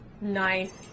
Nice